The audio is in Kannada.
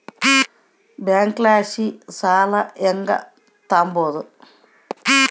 ಬ್ಯಾಂಕಲಾಸಿ ಸಾಲ ಹೆಂಗ್ ತಾಂಬದು?